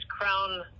Crown